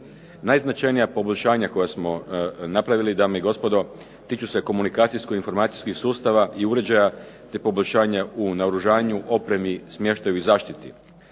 Najznačajnija poboljšanja koja smo napravili, dame i gospodo, tiču se komunikacijsko-informacijskih sustava i uređaja te poboljšanja u naoružanju, opremi, smještaju i zaštiti.